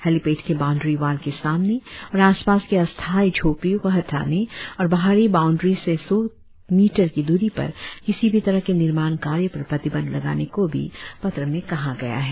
helipad के boundary wall के सामने और आसपास के अस्थायी झोपड़ियों को हटाने और बाहरी बाउंड्री से सौ मीटर की दुरी पर किसी भी तरह के निर्माण कार्य पर प्रतिबंध लगाने को भी पत्र में कहा गया है